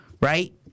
right